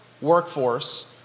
workforce